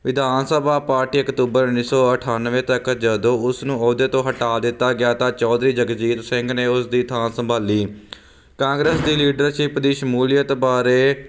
ਵਿਧਾਨ ਸਭਾ ਪਾਰਟੀ ਅਕਤੂਬਰ ਉੱਨੀ ਸੋ ਅਠਾਨਵੇਂ ਤੱਕ ਜਦੋਂ ਉਸ ਨੂੰ ਅਹੁਦੇ ਤੋਂ ਹਟਾ ਦਿੱਤਾ ਗਿਆ ਤਾਂ ਚੌਧਰੀ ਜਗਜੀਤ ਸਿੰਘ ਨੇ ਉਸ ਦੀ ਥਾਂ ਸੰਭਾਲੀ ਕਾਂਗਰਸ ਦੀ ਲੀਡਰਸ਼ਿਪ ਦੀ ਸ਼ਮੂਲੀਅਤ ਬਾਰੇ